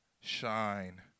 shine